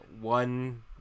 one